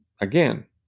again